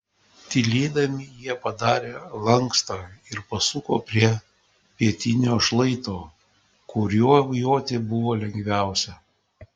tylėdami jie padarė lankstą ir pasuko prie pietinio šlaito kuriuo joti buvo lengviausia